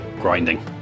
grinding